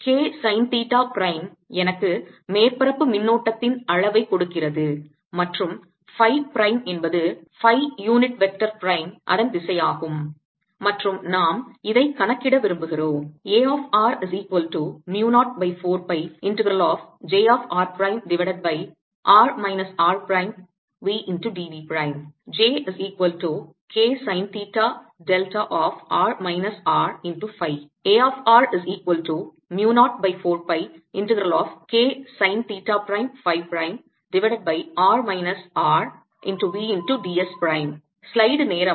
K sine theta prime எனக்கு மேற்பரப்பு மின்னோட்டத்தின் அளவைக் கொடுக்கிறது மற்றும் phi பிரைம் என்பது phi யூனிட் வெக்டர் பிரைம் அதன் திசையாகும் மற்றும் நாம் இதைக் கணக்கிட விரும்புகிறோம்